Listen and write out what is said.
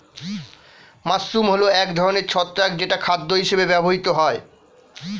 mushroom হল এক ধরনের ছত্রাক যেটা খাদ্য হিসেবে ব্যবহৃত হয়